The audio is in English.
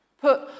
Put